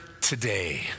today